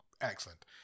Excellent